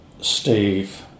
Steve